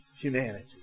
humanity